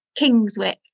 Kingswick